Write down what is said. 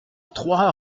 trois